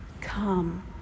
Come